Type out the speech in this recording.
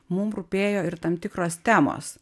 mum rūpėjo ir tam tikros temos